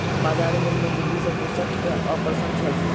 बजार मूल्य में वृद्धि सॅ कृषक अप्रसन्न छल